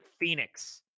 Phoenix